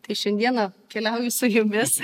tai šiandieną keliauju su jumis